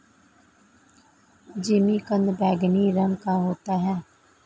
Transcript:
जिमीकंद बैंगनी रंग का होता है